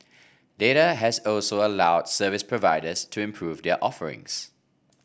data has also allowed service providers to improve their offerings